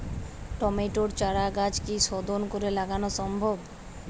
টমেটোর চারাগাছ কি শোধন করে লাগানো সম্ভব?